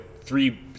three